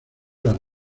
las